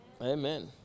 Amen